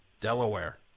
Delaware